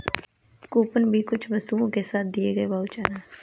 coupon भी कुछ वस्तुओं के साथ दिए गए वाउचर है